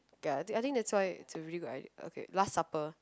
ya I think I think that's why it's a really good idea okay last supper